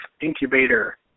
incubator